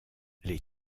les